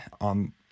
on